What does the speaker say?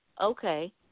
okay